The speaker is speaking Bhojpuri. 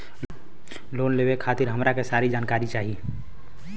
लोन लेवे खातीर हमरा के सारी जानकारी चाही?